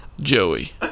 Joey